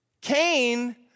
Cain